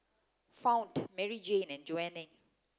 Fount Maryjane and Joanie